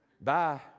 Bye